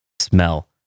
smell